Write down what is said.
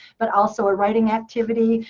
but also a writing activity.